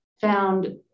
found